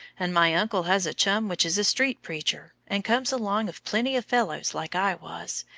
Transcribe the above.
and my uncle has a chum which is a street preacher, and comes along of plenty of fellows like i was,